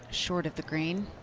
short of the green.